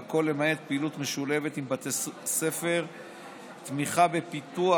והכול למעט פעילות משולבת עם בתי ספר; 7. תמיכה בפיתוח,